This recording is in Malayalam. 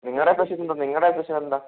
നിങ്ങളുടെ സ്പെഷ്യൽ നിങ്ങളുടെ സ്പെഷ്യൽ എന്താണ്